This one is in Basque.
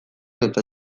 edo